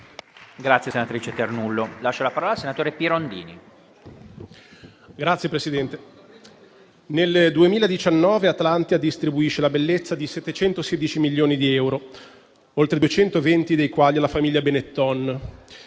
«nel 2019 Atlantia distribuisce la bellezza di 716 milioni di euro, oltre 220 dei quali alla famiglia Benetton.